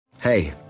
Hey